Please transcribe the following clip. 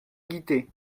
guittet